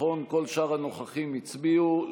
כל שאר הנוכחים הצביעו,